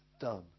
done